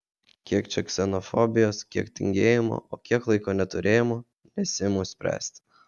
kiek čia ksenofobijos kiek tingėjimo o kiek laiko neturėjimo nesiimu spręsti